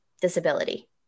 disability